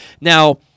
Now